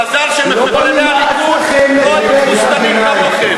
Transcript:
מזל שמחוללי הליכוד לא היו תבוסתנים כמוכם.